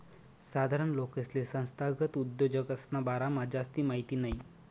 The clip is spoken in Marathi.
साधारण लोकेसले संस्थागत उद्योजकसना बारामा जास्ती माहिती नयी